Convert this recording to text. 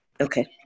Okay